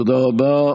תודה רבה.